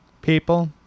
people